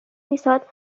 পিছত